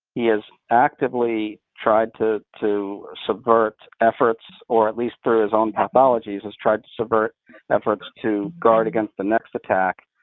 he has actively tried to to subvert efforts, or at least through his own pathologies, has tried to subvert efforts to guard against the next attack,